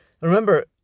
Remember